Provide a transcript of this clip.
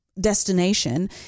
Destination